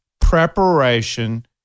Preparation